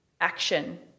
action